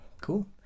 cool